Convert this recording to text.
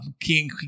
king